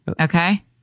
Okay